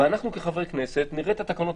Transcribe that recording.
ומתי אנחנו כחברי כנסת נראה את התקנות?